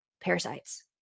parasites